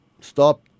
stop